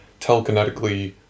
telekinetically